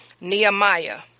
Nehemiah